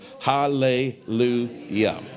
hallelujah